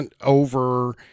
over